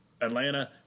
Atlanta